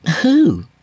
who